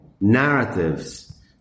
narratives